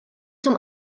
zum